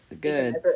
good